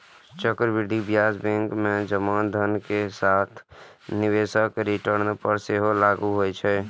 चक्रवृद्धि ब्याज बैंक मे जमा धन के साथ निवेशक रिटर्न पर सेहो लागू होइ छै